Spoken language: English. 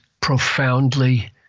profoundly